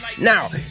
Now